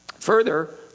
Further